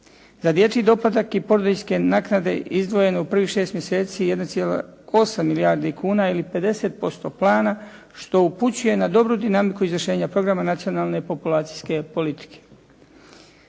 Za dječji doplatak i porodiljske naknade izdvojeno je u prvih 6 mjeseci 1,8 milijardi kuna ili 50% plana što upućuje na dobru dinamiku izvršenja programa nacionalne populacijske politike.